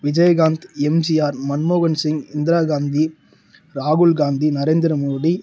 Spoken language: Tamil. விஜய்காந்த் எம்ஜிஆர் மன்மோகன்சிங் இந்திராகாந்தி ராகுல்காந்தி நரேந்திரமோடி